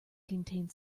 contained